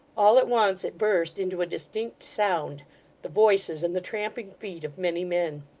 all at once it burst into a distinct sound the voices, and the tramping feet of many men.